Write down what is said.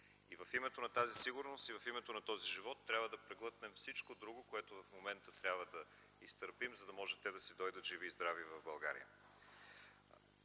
В името на тази сигурност и в името на този живот трябва да преглътнем всичко друго, което в момента трябва да изтърпим, за да могат те да си дойдат живи и здрави в България.